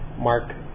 mark